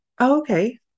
okay